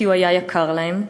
כי הוא היה יקר להם.